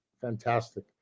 fantastic